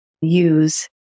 use